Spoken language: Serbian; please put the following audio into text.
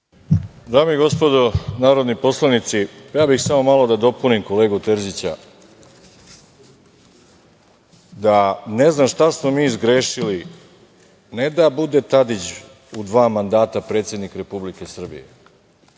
Dame i gospodo narodni poslanici, ja bih samo malo da dopunim kolegu Terzića, da ne znam šta smo mi zgrešili ne da bude Tadić u dva mandata predsednik Republike Srbije,